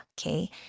okay